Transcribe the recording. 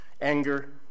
Anger